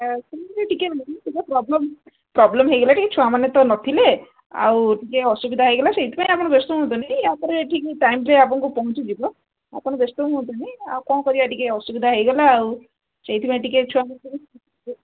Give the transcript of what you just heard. ସେମିତିରେ problem problem ହୋଇଗଲା ଟିକେ ଛୁଆମାନେ ତ ନଥିଲେ ଆଉ ଟିକେ ଅସୁବିଧା ହୋଇଗଲା ସେଇଥିପାଇଁ ଆପଣ ବ୍ୟସ୍ତ ହୁଅନ୍ତୁନି ୟାପରେ ଟିକେ ଟାଇମ୍ରେ ଆପଙ୍କୁ ପହଞ୍ଚିଯିବ ଆପଣ ବ୍ୟସ୍ତ ହୁଅନ୍ତୁନି ଆଉ କ'ଣ କରିବା ଟିକେ ଅସୁବିଧା ହୋଇଗଲା ଆଉ ସେଇଥିପାଇଁ ଟିକେ ଛୁଆଙ୍କୁ